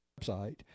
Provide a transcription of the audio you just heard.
website